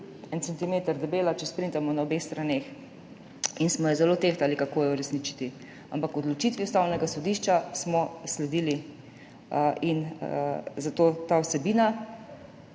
debela, če jo natisnemo na obeh straneh, in smo zelo tehtali, kako jo uresničiti. Ampak odločitvi Ustavnega sodišča smo sledili in zato ta vsebina,